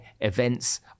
Events